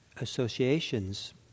associations